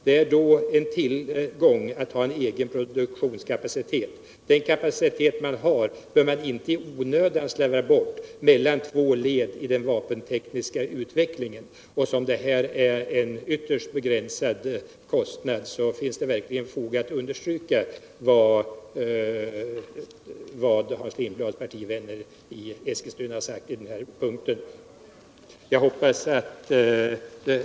Det är då en tillgång att ha en egen produktionskapacitet. Den kapacitet man har bör man inte i onödan slarva bort mellan två led i den vapentekniska utvecklingen.” Eftersom detta är en ytterst begränsad kostnad så finns det verkligen fog att understryka vad Hans Lindblads partitidning i Eskilstuna har sagt på denna punkt.